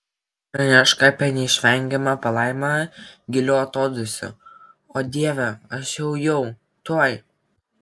pranešk apie neišvengiamą palaimą giliu atodūsiu o dieve aš jau jau tuoj